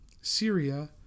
Syria